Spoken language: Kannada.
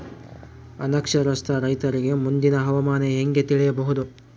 ಅನಕ್ಷರಸ್ಥ ರೈತರಿಗೆ ಮುಂದಿನ ಹವಾಮಾನ ಹೆಂಗೆ ತಿಳಿಯಬಹುದು?